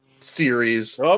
series